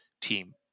team